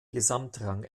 gesamtrang